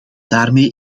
daarmee